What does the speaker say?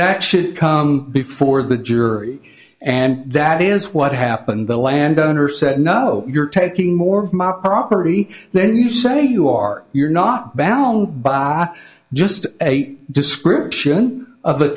that should come before the jury and that is what happened the landowner said nothing you're taking more property then you say you are you're not bound by law just a description of a